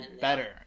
better